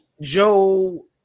Joe